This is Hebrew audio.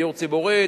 דיור ציבורי,